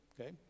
Okay